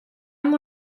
amb